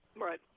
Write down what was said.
Right